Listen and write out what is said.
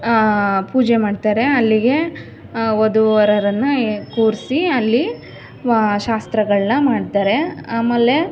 ಪೂಜೆ ಮಾಡ್ತಾರೆ ಅಲ್ಲಿಗೆ ವಧು ವರರನ್ನು ಏ ಕೂರಿಸಿ ಅಲ್ಲಿ ವಾ ಶಾಸ್ತ್ರಗಳನ್ನ ಮಾಡ್ತಾರೆ ಆಮೇಲೆ